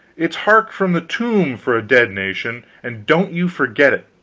it's hark from the tomb for a dead nation, and don't you forget it.